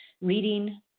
reading